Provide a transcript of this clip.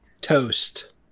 toast